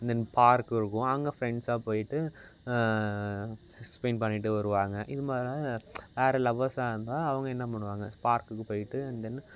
தென் park இருக்கும் அங்கே ஃப்ரெண்ட்ஸாக போய்விட்டு ஸ்பெண்ட் பண்ணிவிட்டு வருவாங்க இது மாரி யார் லவ்வர்ஸாக இருந்தால் அவங்க என்ன பண்ணுவாங்க பார்க்குக்கு போய்விட்டு அண்ட் தென்